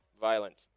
Violent